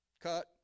Cut